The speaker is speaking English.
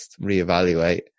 reevaluate